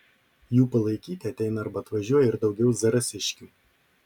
jų palaikyti ateina arba atvažiuoja ir daugiau zarasiškių